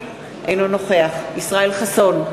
אינו נוכח ישראל חסון,